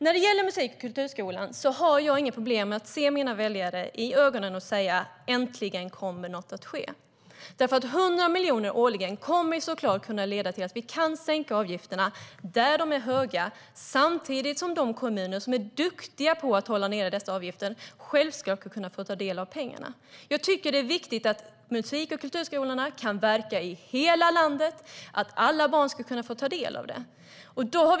När det gäller musik och kulturskolan har jag inget problem med att se mina väljare i ögonen och säga: Äntligen kommer något att ske. 100 miljoner kronor årligen kommer såklart att kunna leda till att vi kan sänka avgifterna där de är höga. Samtidigt ska de kommuner som är duktiga på att hålla nere dessa avgifter självklart kunna få ta del av pengarna. Det är viktigt att musik och kulturskolorna kan verka i hela landet och att alla barn ska kunna ta del av deras verksamhet.